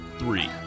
Three